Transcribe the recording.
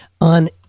on